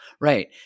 right